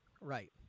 Right